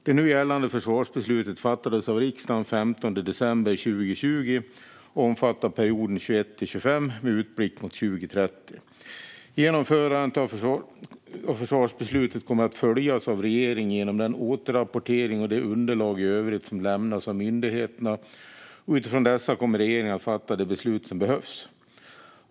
Det nu gällande försvarsbeslutet fattades av riksdagen den 15 december 2020 och omfattar perioden 2021-2025 med en utblick mot 2030. Genomförandet av försvarsbeslutet kommer att följas av regeringen genom den återrapportering och de underlag i övrigt som lämnas av myndigheterna, och utifrån dessa kommer regeringen att fatta de beslut som behövs.